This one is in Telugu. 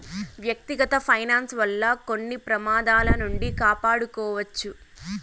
వ్యక్తిగత ఫైనాన్స్ వల్ల కొన్ని ప్రమాదాల నుండి కాపాడుకోవచ్చు